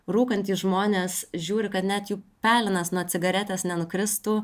rūkantys žmonės žiūri kad net jų pelenas nuo cigaretės nenukristų